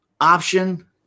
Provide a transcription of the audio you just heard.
option